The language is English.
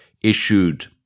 issued